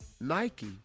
Nike